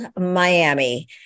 Miami